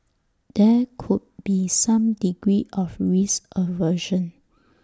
there could be some degree of risk aversion